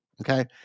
okay